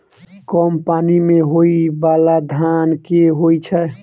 कम पानि मे होइ बाला धान केँ होइ छैय?